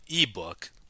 ebook